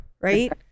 right